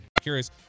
Curious